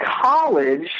college